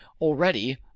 already